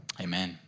Amen